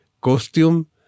costume